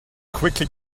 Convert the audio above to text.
quickly